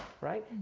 right